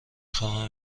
خواهم